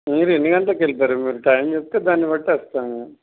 మీరు ఎన్ని గంటలకు వెళ్తారు మీరు టైం చెప్తే దాన్ని బట్టి వస్తాము